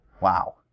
Wow